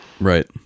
Right